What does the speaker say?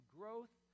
growth